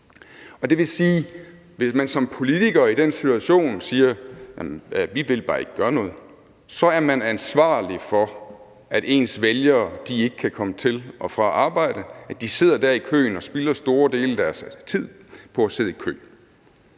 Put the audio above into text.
Det vil sige, at man, hvis man som politiker i den situation bare siger, at man ikke vil gøre noget, så er ansvarlig for, at ens vælgere ikke kan komme til og fra arbejde, og at de sidder der i køen og spilder store dele af deres tid på at sidde i kø.